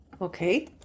okay